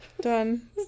Done